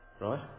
right